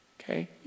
okay